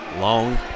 long